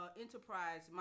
enterprise